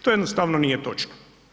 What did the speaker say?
To jednostavno nije točno.